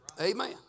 Amen